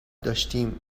داشتیم